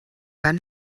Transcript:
wann